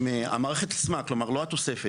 המערכת עצמה, לא התוספת.